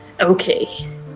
Okay